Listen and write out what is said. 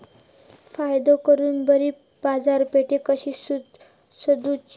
फायदो करून बरी बाजारपेठ कशी सोदुची?